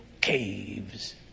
caves